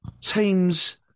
teams